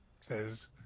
says